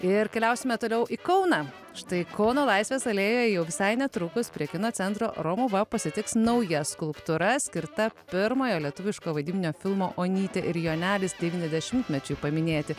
ir keliausime toliau į kauną štai kauno laisvės alėjoje jau visai netrukus prie kino centro romuva pasitiks nauja skulptūra skirta pirmojo lietuviško vaidybinio filmo onytė ir jonelis devyniasdešimtmečiui paminėti